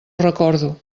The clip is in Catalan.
recordo